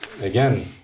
again